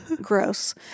Gross